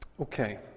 Okay